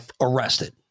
arrested